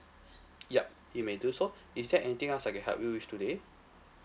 yup you may do so is there anything else I can help you with today